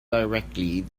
directly